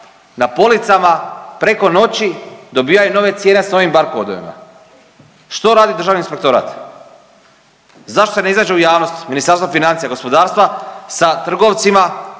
na policama preko noći dobijaju nove cijene sa novim bar kodovima. Što radi Državni inspektorat? Zašto se ne izađe u javnost Ministarstva financija, gospodarstva sa trgovcima